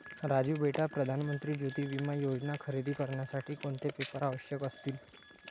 राजू बेटा प्रधान मंत्री ज्योती विमा योजना खरेदी करण्यासाठी कोणते पेपर आवश्यक असतील?